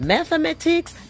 Mathematics